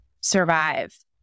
survive